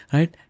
Right